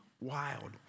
wild